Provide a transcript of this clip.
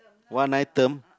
one item